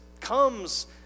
comes